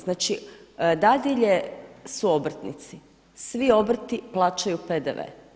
Znači dadilje su obrtnici, svi obrti plaćaju PDV.